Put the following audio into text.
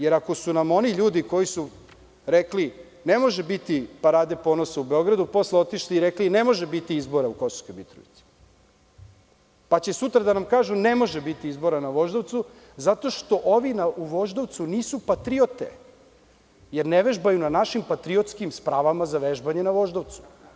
Jer, ako su nam oni ljudi koji su rekli – ne može biti „Parade ponosa“ u Beogradu, pa posle otišli i rekli – ne može biti izbora u Kosovskoj Mitrovici, sutra će da nam kažu – ne može biti izbora na Voždovcu, zato što ovi u Voždovcu nisu patriote jer ne vežbaju na našim patriotskim spravama za vežbanje na Voždovcu.